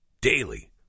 daily